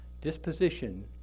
disposition